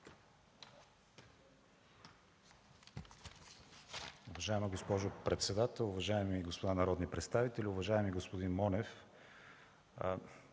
Уважаема госпожо председател, уважаеми дами и господа народни представители, уважаема госпожо Танева,